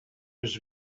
was